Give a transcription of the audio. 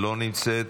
לא נמצאת.